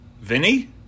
Vinny